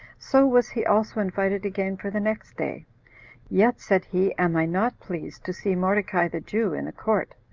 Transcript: so was he also invited again for the next day yet, said he, am i not pleased to see mordecai the jew in the court.